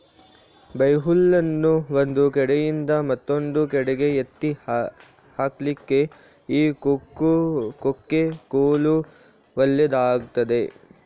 ಬೈಹುಲ್ಲನ್ನು ಒಂದು ಕಡೆಯಿಂದ ಮತ್ತೊಂದು ಕಡೆಗೆ ಎತ್ತಿ ಹಾಕ್ಲಿಕ್ಕೆ ಈ ಕೊಕ್ಕೆ ಕೋಲು ಒಳ್ಳೇದಾಗ್ತದೆ